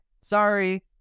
sorry